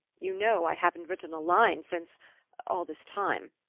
you know i haven't written a line since all this time,